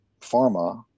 Pharma